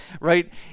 right